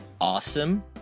awesome